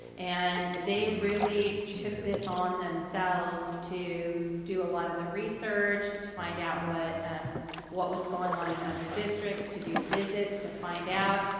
and they really took this on themselves to do a lot of the research, find out what what was going on in other districts to do visits, to find out,